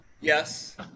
Yes